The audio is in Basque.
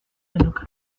genuke